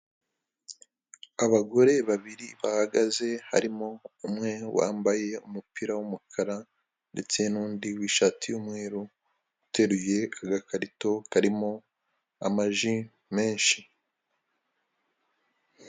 Abagore babiri bahagaze harimo umwe wambaye umupira w'umukara ndetse n'undi w'ishati y'umweru, uteruye agakarito karimo amaji menshi.